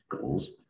goals